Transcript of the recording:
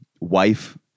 wife